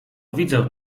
widzę